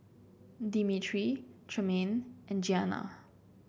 Dimitri Tremayne and Giana